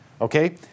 Okay